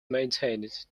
maintained